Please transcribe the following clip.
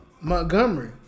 montgomery